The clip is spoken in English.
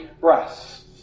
breasts